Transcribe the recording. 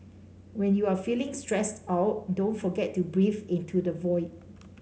when you are feeling stressed out don't forget to breathe into the void